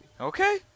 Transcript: Okay